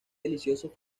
delicioso